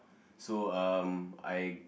so um I